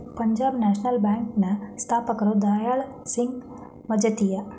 Punjab national bank ನ ಸ್ಥಾಪಕರು ದಯಾಳ್ ಸಿಂಗ್ ಮಜಿತಿಯ